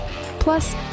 Plus